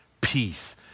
peace